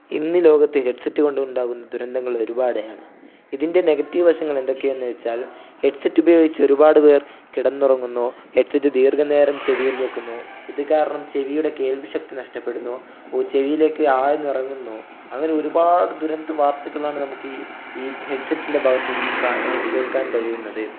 ഇന്ന് ലോകത്ത് ഹെഡ്സെറ്റ് കൊണ്ടുണ്ടാകുന്ന ദുരന്തങ്ങൾ ഒരുപാടാണ് ഇതിൻ്റെ നെഗറ്റീവ് വശങ്ങൾ എന്തൊക്കെയാണെന്ന് വെച്ചാൽ ഹെഡ്സെറ്റ് ഉപയോഗിച്ച് ഒരുപാട് പേർ കിടന്നുറങ്ങുന്നു ഹെഡ്സെറ്റ് ദീർഘനേരം ചെവിയിൽ വെക്കുന്നു ഇത് കാരണം ചെവിയുടെ കേൾവി ശക്തി നഷ്ടപ്പെടുന്നു ചെവിയിലേക്ക് ആഴ്ന്നിറങ്ങുന്നു അങ്ങനെ ഒരുപാട് ദുരന്ത വാർത്തകളാണ് നമുക്ക് ഈ ഹെഡ്സെറ്റിന്റെ ഭാഗത്ത് നിന്നും കേൾക്കാൻ കഴിയുന്നത്